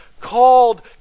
called